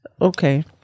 Okay